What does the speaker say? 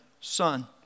son